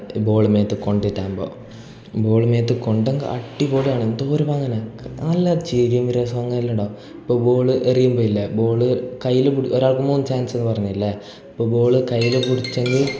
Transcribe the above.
E ball മേത്ത് കൊണ്ടിട്ടാകുമ്പോൾ ball മേത്ത് കൊണ്ടെങ്കിൽ അട്ടിപ്പൊളിയാണ് എന്തോരം പാങ്ങല നല്ല ചിരിയും രസവും എല്ലാമുണ്ടാകും ഇപ്പം ബോൾ എറിയുമ്പം ഇല്ലെ ബോൾ കൈയ്യിൽ പിടി ഒരാൾക്ക് മൂന്ന് ചാൻസെന്ന് പറഞ്ഞില്ലെ അപ്പോൾ ബോൾ കൈയ്യിൽ പിടിച്ചെങ്കിൽ